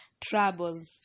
troubles